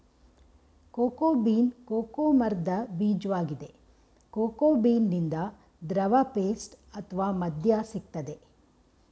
cocoa bean cocoa ಮರ್ದ ಬೀಜ್ವಾಗಿದೆ cocoa ಬೀನಿಂದ ದ್ರವ ಪೇಸ್ಟ್ ಅತ್ವ ಮದ್ಯ ಸಿಗ್ತದೆ